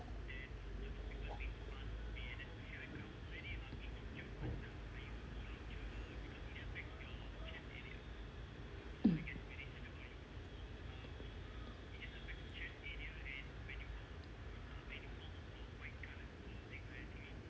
mm